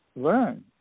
Learn